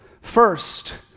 First